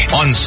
on